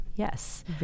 Yes